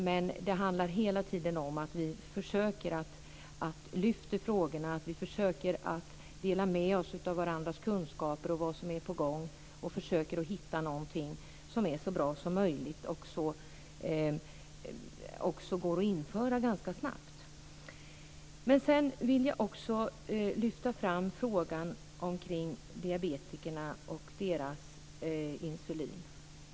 Men det handlar hela tiden om att vi ska försöka lyfta fram frågorna och dela med oss av varandras kunskaper om vad som är på gång och försöka hitta något som är så bra som möjligt och som går att införa ganska snabbt. Jag vill också lyfta fram frågan om diabetikerna och deras insulin.